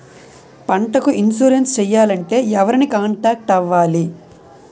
పంటకు ఇన్సురెన్స్ చేయాలంటే ఎవరిని కాంటాక్ట్ అవ్వాలి?